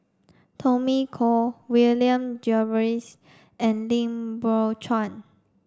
Tommy Koh William Jervois and Lim Biow Chuan